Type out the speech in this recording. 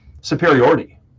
superiority